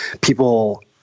people